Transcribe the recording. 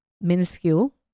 minuscule